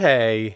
Hey